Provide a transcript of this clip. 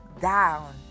down